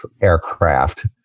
aircraft